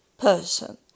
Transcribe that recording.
person